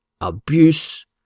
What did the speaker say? abuse